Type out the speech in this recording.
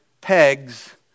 pegs